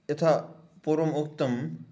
यथा पूर्वम् उक्तम्